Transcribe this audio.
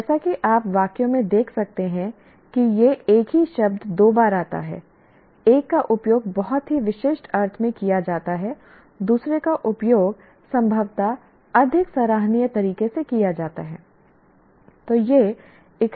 जैसा कि आप वाक्यों में देख सकते हैं कि यह एक ही शब्द दो बार आता है एक का उपयोग बहुत ही विशिष्ट अर्थ में किया जाता है दूसरे का उपयोग संभवत अधिक सराहनीय तरीके से किया जाता है